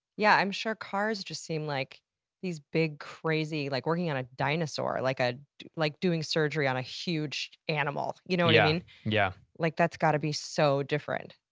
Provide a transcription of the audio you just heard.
yeah, i'm sure cars just seem like these big crazy. like working on a dinosaur, like ah like doing surgery on a huge animal. you know yeah and yeah like that's gotta be so different.